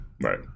right